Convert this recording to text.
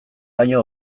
baino